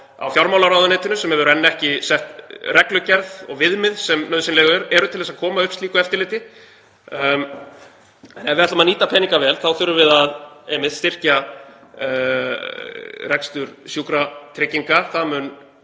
á fjármálaráðuneytinu sem hefur enn ekki sett reglugerð og viðmið sem nauðsynleg eru til þess að koma upp slíku eftirliti. Ef við ætlum að nýta peninga vel þá þurfum við einmitt að styrkja rekstur Sjúkratrygginga. Það mun